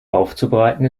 aufzubereiten